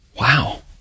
Wow